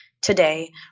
today